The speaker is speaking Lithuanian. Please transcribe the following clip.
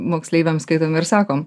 moksleiviams skaitom ir sakom